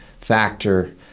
factor